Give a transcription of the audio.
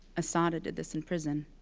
assata did this in prison.